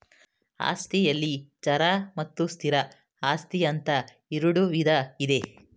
ಆಸ್ತಿಯಲ್ಲಿ ಚರ ಮತ್ತು ಸ್ಥಿರ ಆಸ್ತಿ ಅಂತ ಇರುಡು ವಿಧ ಇದೆ